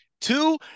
Two